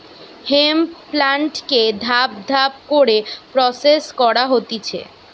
hemp প্লান্টকে ধাপ ধাপ করে প্রসেস করা হতিছে